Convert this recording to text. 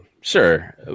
Sure